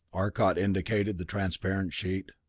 arcot indicated the transparent sheet.